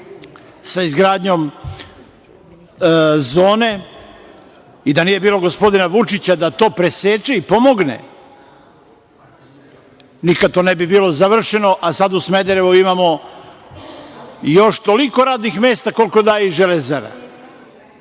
sa izgradnjom zone i da nije bilo gospodina Vučića da to preseče i pomogne, nikada to ne bi bilo završeno, a sada u Smederevu imamo još toliko radnih mesta koliko daje i „Železara“.Znači,